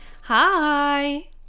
Hi